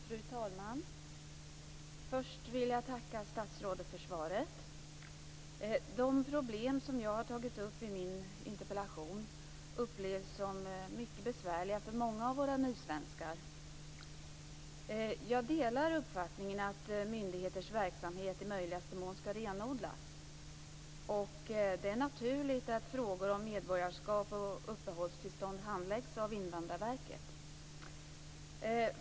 Fru talman! Först vill jag tacka statsrådet för svaret. De problem som jag har tagit upp i min interpellation upplevs som mycket besvärliga för många av våra nysvenskar. Jag delar uppfattningen att myndigheters verksamhet i möjligaste mån skall renodlas. Det är naturligt att frågor om medborgarskap och uppehållstillstånd handläggs av Invandrarverket.